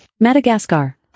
Madagascar